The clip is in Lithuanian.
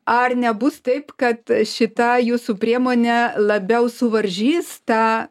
ar nebus taip kad šita jūsų priemonė labiau suvaržys tą